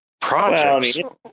projects